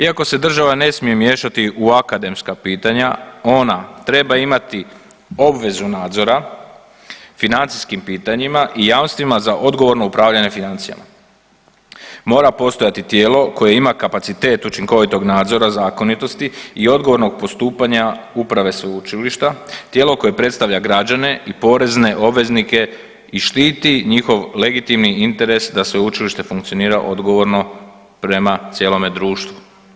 Iako se država ne smije miješati u akademska pitanja ona treba imati obvezu nadzora, financijskim pitanjima i jamstvima za odgovorno upravljanje financijama, mora postojati tijelo koje ima kapacitet učinkovitog nadzora zakonitosti i odgovornog postupanja uprave sveučilišta, tijelo koje predstavlja građane i porezne obveznike i štiti njihov legitimni interes da sveučilište funkcionira odgovorno prema cijelome društvu.